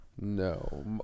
No